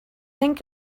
think